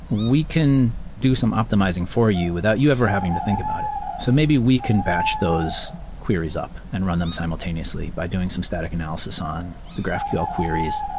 we can do some optimizing for you without you ever having to think about it. so maybe we can batch those queries up and run them simultaneously by doing some static analysis on the graphql queries,